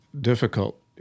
difficult